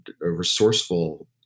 resourceful